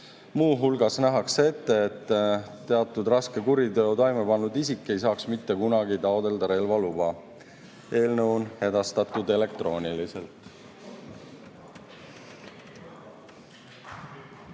Muu hulgas nähakse ette, et teatud raske kuriteo toime pannud isik ei saaks mitte kunagi taotleda relvaluba. Eelnõu on edastatud elektrooniliselt.